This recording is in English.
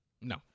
no